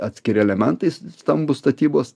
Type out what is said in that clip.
atskiri elementai stambūs statybos